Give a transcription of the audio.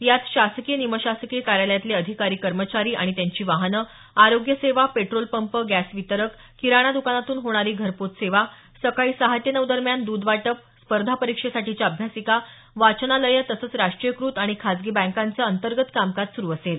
यात शासकीय निमशासकीय कार्यालयातले अधिकारी कर्मचारी आणि त्यांची वाहनं आरोग्य सेवा पेट्रोलपंप गॅस वितरक किराणा द्कानातून होणारी घरपोच सेवा सकाळी सहा ते नऊ दरम्यान द्ध वाटप स्पर्धा परीक्षेसाठीच्या अभ्यासिका वाचनालयं तसंच राष्ट्रीयकृत आणि खासगी बँकांचं अंतर्गत कामकाज सुरू असेल